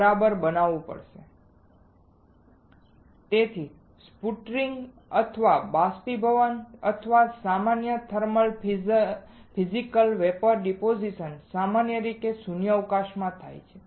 તેથી સ્પુટરિંગ અથવા બાષ્પીભવન અથવા સામાન્ય થર્મલ ફિઝિકલ વેપોર ડીપોઝીશન સામાન્ય રીતે શૂન્યાવકાશમાં થાય છે